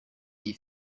iyi